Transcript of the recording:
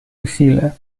усилия